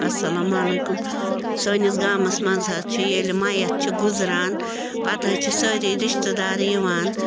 السلام علیکُم سٲنِس گامَس منٛز حظ چھِ ییٚلہِ مَیَت چھِ گُزران پَتہٕ حظ چھِ سٲری رِشتہٕ دار یِوان